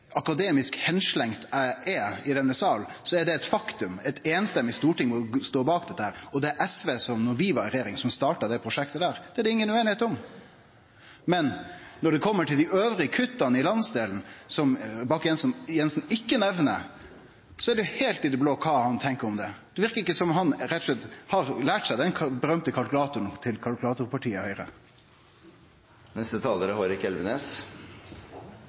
akademisk henslengd eg er i denne salen, er det eit faktum. Eit einstemmig storting står bak dette, og det var SV, da vi var i regjering, som starta det prosjektet. Det er det inga ueinigheit om. Men når det kjem til dei andre kutta i landsdelen, som Bakke-Jensen ikkje nemner, er det heilt i det blå kva han tenkjer om det. Det verkar som om han rett og slett ikkje har lært å bruke den berømte kalkulatoren til kalkulatorpartiet Høgre. Jeg må si at representanten Giskes innlegg var preget av mye skattepjatt. Denne regjeringen har aldri ment at skattelettelser er